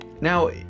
Now